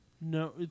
No